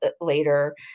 later